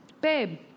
babe